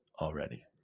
already